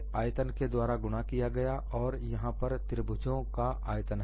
इसे आयतन के द्वारा गुणा किया गया और यहां पर त्रिभुजों का आयतन है